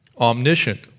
Omniscient